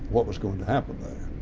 what was going to happen there.